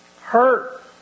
Hurt